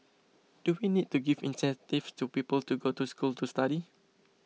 do we need to give incentives to people to go to school to study